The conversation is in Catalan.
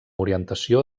orientació